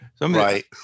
Right